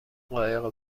قایق